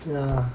yeah